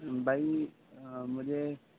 بھائی مجھے